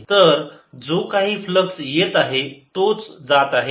तर जो काही फ्लक्स येत आहे तोच जात आहे